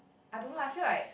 I don't know I feel like